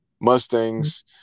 mustangs